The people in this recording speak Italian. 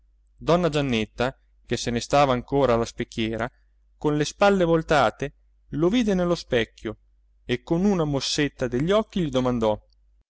donna giannetta che se ne stava ancora alla specchiera con le spalle voltate lo vide nello specchio e con una mossetta degli occhi gli domandò